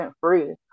free